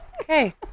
Okay